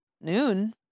noon